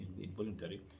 involuntary